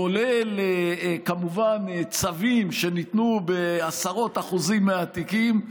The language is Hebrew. כולל כמובן צווים שניתנו בעשרות אחוזים מהתיקים.